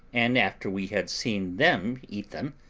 and after we had seen them eat them,